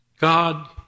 God